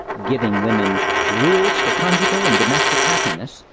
giving women rules for conjugal and domestic happiness,